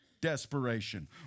desperation